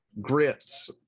grits